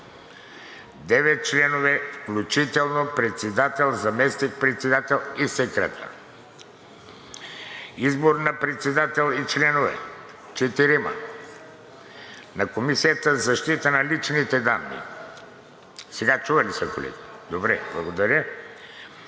девет членове, включително председател, заместник-председател и секретар. Избор на председател и членове – четирима, на Комисията за защита на личните данни. Сега чува ли се, колеги? Добре, благодаря.